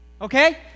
Okay